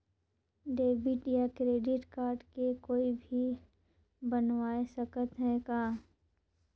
Debit या credit card के कोई भी बनवाय सकत है का?